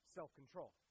Self-control